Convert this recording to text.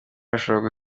bishobora